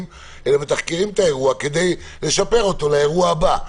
אלא מתחקרים את האירוע כדי לשפר אותו לאירוע הבא.